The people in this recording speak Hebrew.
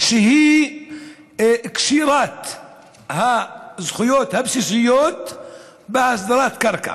כאן היא קשירת הזכויות הבסיסיות בהסדרת קרקע.